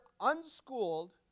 unschooled